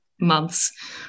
months